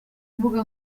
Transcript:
mbuga